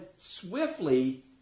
swiftly